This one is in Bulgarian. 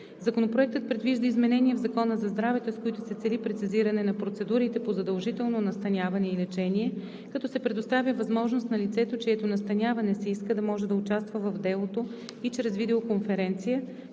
Законопроектът предвижда изменения в Закона за здравето, с които се цели прецизиране на процедурите по задължително настаняване и лечение, като се предоставя възможност на лицето, чието настаняване се иска, да може да участва в делото и чрез видеоконференция,